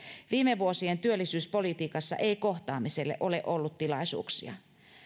viime vuosien työllisyyspolitiikassa ei kohtaamiselle ole ollut tilaisuuksia